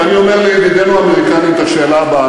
ואני אומר לידידינו האמריקנים את השאלה הבאה,